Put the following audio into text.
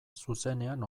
zuzenean